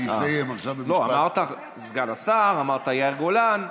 לא, אמרת סגן השר, אמרת יאיר גולן.